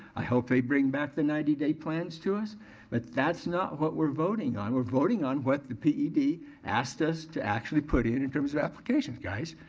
i hope they bring back the ninety day plans to us but that's not what we're voting on. we're voting on what the ped asked us to actually put in in terms of application guys.